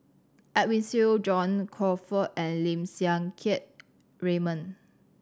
Edwin Siew John Crawfurd and Lim Siang Keat Raymond